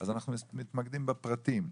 אז אנחנו מתמקדים בפרטים.